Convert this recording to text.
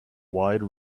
wide